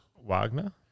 Wagner